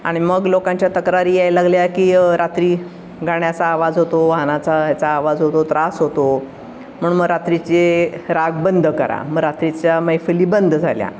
आणि मग लोकांच्या तक्रारी यायला लागल्या की रात्री गाण्याचा आवाज होतो वाहनाचा ह्याचा आवाज होतो त्रास होतो म्हणून मग रात्रीचे राग बंद करा मग रात्रीच्या मैफिली बंद झाल्या